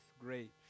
great